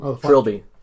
Trilby